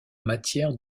matière